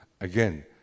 again